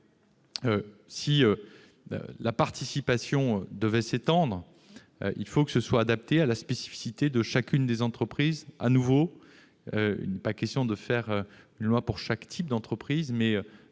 si la participation devait s'étendre, il faudrait qu'elle soit adaptée à la spécificité de chacune des entreprises. Je le répète, il est question non pas de faire une loi pour chaque type d'entreprise, mais